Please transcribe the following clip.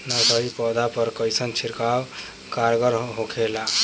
Nursery पौधा पर कइसन छिड़काव कारगर होखेला?